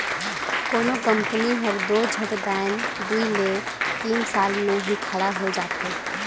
कोनो कंपनी हर दो झट दाएन दुई ले तीन साल में ही खड़ा होए जाथे